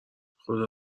خدا